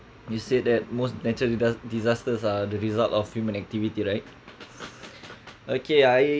you said that most natural disasters are the result of human activity right okay I